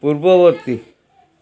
ପୂର୍ବବର୍ତ୍ତୀ